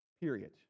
period